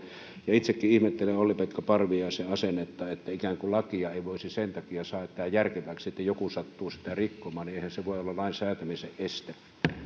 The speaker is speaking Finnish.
itsekin ihmettelen olli pekka parviaisen asennetta ikään kuin lakia ei voisi sen takia säätää järkeväksi että joku sattuu sitä rikkomaan eihän se voi olla lain säätämisen este